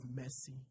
mercy